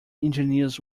engineers